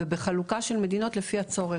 ובחלוקה של מדינות לפי הצורך.